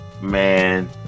man